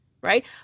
right